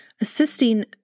assisting